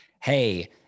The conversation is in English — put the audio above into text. hey